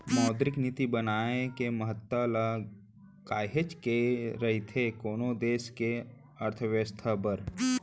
मौद्रिक नीति बनाए के महत्ता ह काहेच के रहिथे कोनो देस के अर्थबेवस्था बर